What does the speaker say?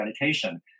meditation